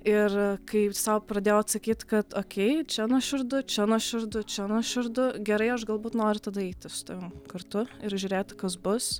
ir kai sau pradėjau atsakyt kad okei čia nuoširdu čia nuoširdu čia nuoširdu gerai aš galbūt noriu tada eiti su tavim kartu ir žiūrėti kas bus